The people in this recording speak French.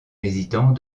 résidents